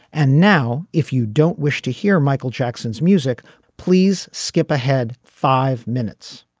and now if you don't wish to hear michael jackson's music please skip ahead five minutes.